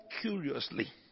curiously